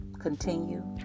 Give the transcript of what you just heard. Continue